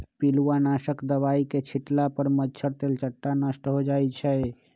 पिलुआ नाशक दवाई के छिट्ला पर मच्छर, तेलट्टा नष्ट हो जाइ छइ